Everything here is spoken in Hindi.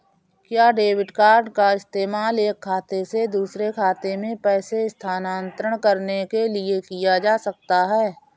क्या डेबिट कार्ड का इस्तेमाल एक खाते से दूसरे खाते में पैसे स्थानांतरण करने के लिए किया जा सकता है?